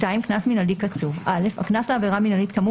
קנס מינהלי קצוב הקנס לעבירה מינהלית כאמור